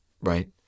right